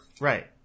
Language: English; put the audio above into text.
Right